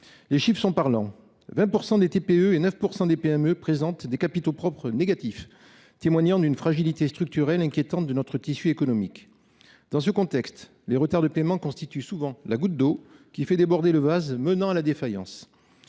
Les chiffres sont parlants. 20% des TPE et 9% des PME présentent des capitaux propres négatifs, témoignant d'une fragilité structurelle inquiétante de notre tissu économique. Dans ce contexte, les retards de paiement constituent souvent la goutte d'eau qui fait déborder le vase menant à la défaillance.